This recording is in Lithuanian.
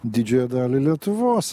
didžiąją dalį lietuvos